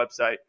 website